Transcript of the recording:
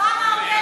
אובמה,